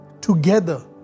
together